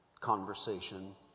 conversation